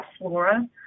flora